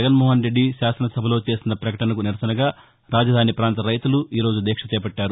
జగన్మోహన్రెడ్డి శాసనసభలో చేసిన ప్రకటనకు నిరసనగా రాజధాని పాంత రైతులు ఈ రోజు దీక్ష చేపట్టారు